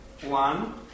one